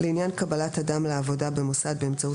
"מעסיק" - לעניין קבלת אדם לעבודה במוסד באמצעות